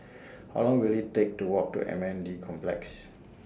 How Long Will IT Take to Walk to M N D Complex